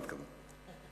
זאת הגזמה.